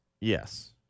Yes